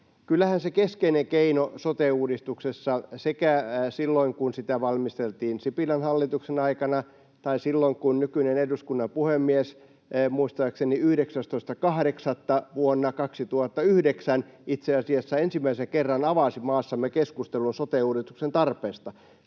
Kyllähän se keskeinen keino sote-uudistuksessa sekä silloin kun sitä valmisteltiin Sipilän hallituksen aikana... Nykyinen eduskunnan varapuhemies, muistaakseni 19.8. vuonna 2009, itse asiassa ensimmäisen kerran avasi maassamme keskustelun sote-uudistuksen tarpeesta.